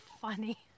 funny